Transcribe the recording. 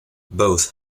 both